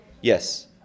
Yes